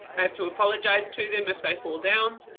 i have to apologise to them if they fall down,